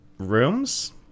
Rooms